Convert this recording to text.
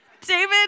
David